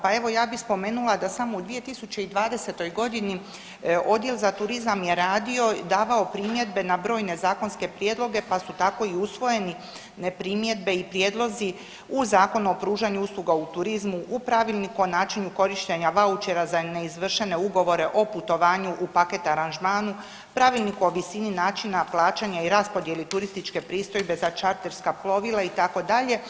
Pa evo ja bih spomenula da samo u 2020. godini Odjel za turizam je radio i davao primjedbe na brojne zakonske prijedloge, pa su tako i usvojeni primjedbe i prijedlozi u Zakonu o pružanju usluga u turizmu, u Pravilniku o načinu korištenja vaučera za neizvršene ugovore o putovanju u paket aranžmanu, Pravilniku o visini načina plaćanja i raspodjeli turističke pristojbe za čarterska plovila itd.